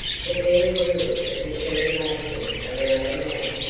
but there was a look of determination around the mouth.